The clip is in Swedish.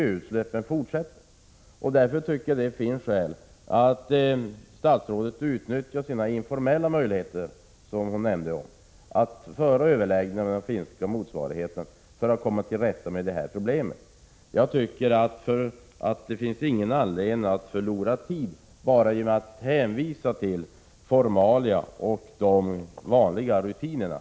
Utsläppen fortsätter. Därför finns det skäl att statsrådet utnyttjar sina informella möjligheter, som hon nämnde, att föra överläggningar med sina finska kolleger för att komma till rätta med problemet. Det finns ingen anledning att förlora tid genom att hänvisa till formalia och de vanliga rutinerna.